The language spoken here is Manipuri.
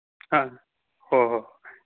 ꯑ ꯍꯣꯏ ꯍꯣꯏ